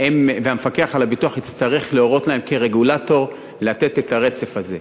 והמפקח על הביטוח יצטרך להורות להן כרגולטור לתת את הרצף הזה,